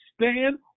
stand